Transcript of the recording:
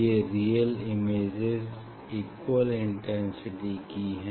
ये real images equal intensity की हैं